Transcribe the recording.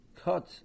cut